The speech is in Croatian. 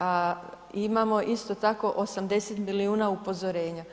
a imamo isto tako 80 milijuna upozorenja.